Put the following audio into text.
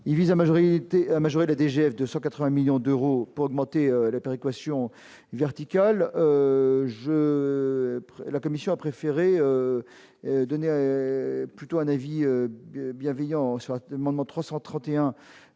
il vise à majorité à majorer la DGF 280 millions d'euros pour augmenter la péréquation verticale. Je prends la commission a préféré donner plutôt un avis. Bienveillant soit demandant 331